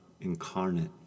incarnate